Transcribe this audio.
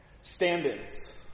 Stand-ins